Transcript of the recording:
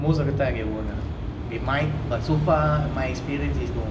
most of the time they won't ah they might but so far my experience is no